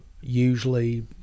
Usually